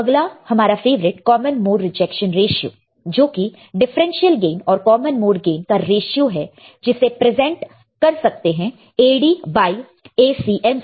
अगला हमारा favourite common mode rejection ratio जो कि डिफरेंशियल गेन और कॉमन मॉड गेन का रेशियो है जिसे रिप्रेजेंट कर सकते हैं Ad बाय Acm से